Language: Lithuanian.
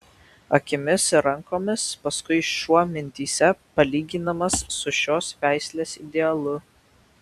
akimis ir rankomis paskui šuo mintyse palyginamas su šios veislės idealu